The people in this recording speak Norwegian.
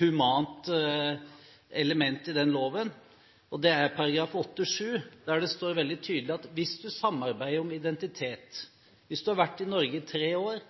humant element. Det er § 8-7, der det står veldig tydelig at hvis du har vært i Norge i tre år,